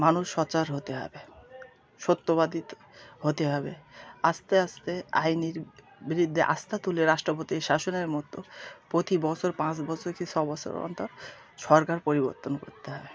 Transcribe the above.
মানুষ সোচ্চার হতে হবে সত্যবাদীত হতে হবে আস্তে আস্তে আইনির বিরুদ্ধে আস্থা তুলে রাষ্ট্রপতি শাসনের মতো প্রতি বছর পাঁচ বছর কি ছ বছর অন্তর সরকার পরিবর্তন করতে হবে